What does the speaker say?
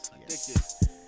yes